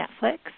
Netflix